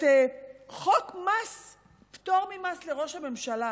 את חוק פטור ממס לראש הממשלה,